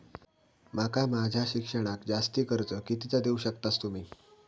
माका माझा शिक्षणाक जास्ती कर्ज कितीचा देऊ शकतास तुम्ही?